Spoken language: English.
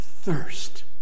thirst